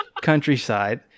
countryside